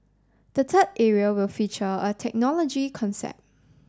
the third area will feature a technology concept